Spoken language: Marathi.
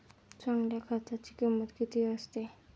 चांगल्या खताची किंमत किती असते?